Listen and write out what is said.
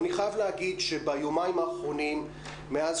אני חייב להגיד שביומיים האחרונים מאז